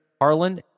Harlan